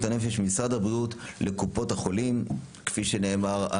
הנפש ממשרד הבריאות לקופות החולים - כפי שנאמר,